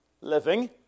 living